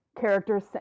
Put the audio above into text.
characters